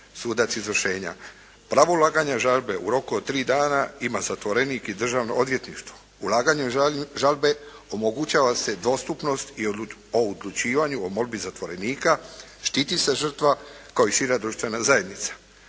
sudac izvršenja. Pravo ulaganja žalbe u roku od tri dana ima zatvorenik i Državno odvjetništvo. Ulaganjem žalbe omogućava se dvostupnost o odlučivanju o molbi zatvorenika. Štiti se žrtva kao i šira društvena zajednica.